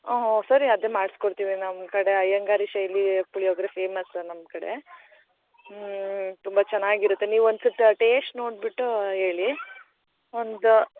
ಹ್ಞೂ ಸರಿ ಅದೇ ಮಾಡಿಸ್ಕೊಡ್ತೀವಿ ನಮ್ಮ ಕಡೆ ಐಯಂಗಾರಿ ಶೈಲಿ ಪುಳಿಯೋಗರೆ ಫೇಮಸ್ಸು ನಮ್ಮ ಕಡೆ ಹ್ಞೂ ತುಂಬ ಚೆನ್ನಾಗಿರತ್ತೆ ನೀವು ಒಂದು ಸರ್ತಿ ಆ ಟೆಸ್ಟ್ ನೋಡ್ಬಿಟ್ಟ ಹೇಳಿ ಒಂದು